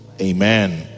Amen